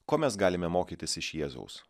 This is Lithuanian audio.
ko mes galime mokytis iš jėzaus